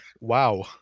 wow